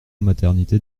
maternité